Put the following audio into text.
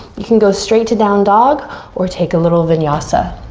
you can go straight to down dog or take a little vinyasa.